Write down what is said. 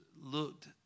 looked